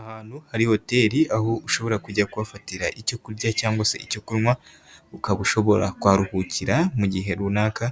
Ahantu hari hoteri aho ushobora kujya kuhafatira icyo kurya cyangwa se icyo kunywa, ukaba ushobora kuharuhukira mu gihe runaka